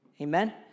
Amen